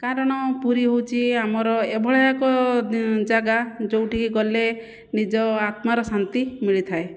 କାରଣ ପୁରୀ ହେଉଛି ଆମର ଏଭଳିଆ ଏକ ଜାଗା ଯେଉଁଠିକୁ ଗଲେ ନିଜ ଆତ୍ମାର ଶାନ୍ତି ମିଳିଥାଏ